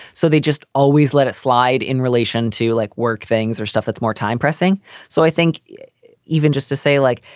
so they just always let it slide in relation to like work things or stuff that's more time pressing so i think even just to say like,